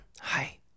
Hi